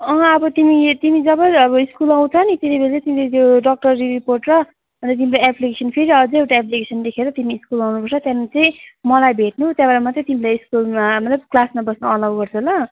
अँ अब तिमी ये तिमी जब अब स्कुल आउँछ नि त्यति बेला चाहिँ तिमीले त्यो डक्टरी रिपोर्ट र अनि त तिम्रो एप्लिकेसन फेरि अझै एउटा एप्लिकेसन लेखेर तिमी स्कुल आउनुपर्छ त्यहाँदेखिन् चाहिँ मलाई भेट्नु त्याहाँबाट मात्रै तिमीलाई स्कुलमा मतलब क्लासमा बस्नु अलाउ गर्छ ल